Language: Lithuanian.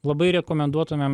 labai rekomenduotumėm